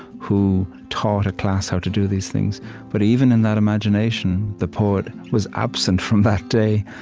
who taught a class how to do these things but even in that imagination, the poet was absent from that day.